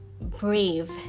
brave